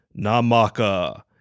Namaka